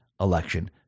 election